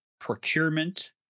procurement